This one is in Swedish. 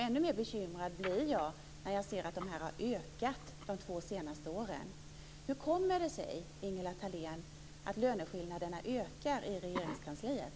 Ännu mer bekymrad blir jag när jag ser att de har ökat under de två senaste åren. Hur kommer det sig, Ingela Thalén, att löneskillnaderna ökar i Regeringskansliet?